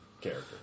Character